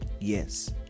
Yes